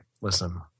listen